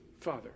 Father